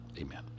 amen